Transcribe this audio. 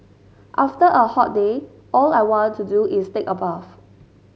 after a hot day all I want to do is take a bath